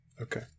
Okay